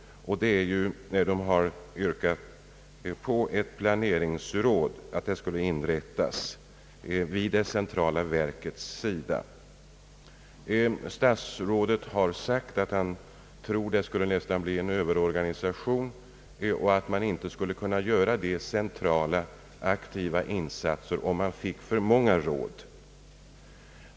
Det gäller förslaget att ett planeringsråd skulle inrättas vid det centrala verkets sida. Statsrådet har sagt att han tror att det nästan skulle bli en Överorganisation och att man inte skulle kunna göra de centrala aktiva insatserna om man fick för många råd.